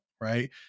right